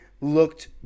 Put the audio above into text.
looked